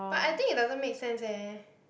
but I think it doesn't make sense eh